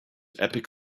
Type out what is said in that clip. epic